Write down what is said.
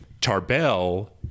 Tarbell